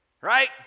right